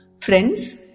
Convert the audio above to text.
Friends